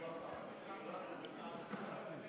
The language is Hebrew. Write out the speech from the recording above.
אנחנו מטפלים,